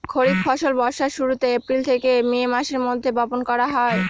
খরিফ ফসল বর্ষার শুরুতে, এপ্রিল থেকে মে মাসের মধ্যে, বপন করা হয়